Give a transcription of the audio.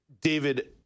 David